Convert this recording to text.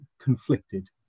conflicted